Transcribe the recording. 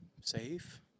safe